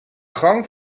gang